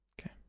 Okay